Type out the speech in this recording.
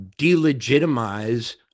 delegitimize